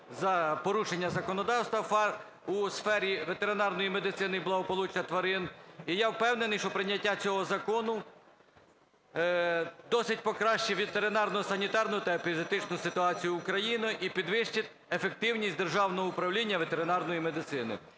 за порушення законодавства у сфері ветеринарної медицини і благополуччя тварин. І, я впевнений, що прийняття цього закону досить покращить ветеринарно-санітарну та епідеміологічну ситуацію України і підвищить ефективність державного управління ветеринарної медицини.